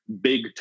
big